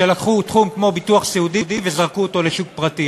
שלקחו תחום כמו ביטוח סיעודי וזרקו אותו לשוק פרטי.